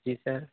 جی سر